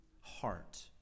heart